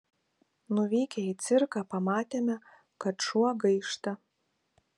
nuvykę į cirką pamatėme kad šuo gaišta